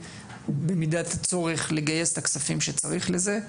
במידת הצורך לגייס את הכספים שצריך לזה,